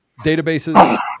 databases